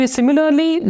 Similarly